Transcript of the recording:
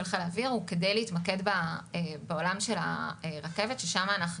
חיל האוויר הוא כדי להתמקד בעולם הרכבת שם,